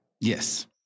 Yes